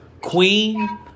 Queen